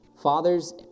Fathers